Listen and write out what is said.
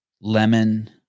lemon